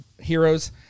heroes